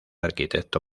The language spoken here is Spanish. arquitecto